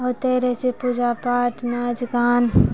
होइते रहै छै पूजा पाठ नाच गान